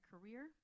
career